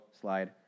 slide